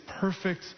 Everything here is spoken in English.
perfect